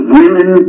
women